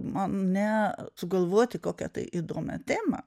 man ne sugalvoti kokią tai įdomią temą